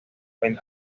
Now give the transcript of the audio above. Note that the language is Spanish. europa